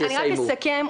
רק אסכם.